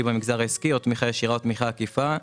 במגזר העסקי או תמיכה ישירה או תמיכה עקיפה.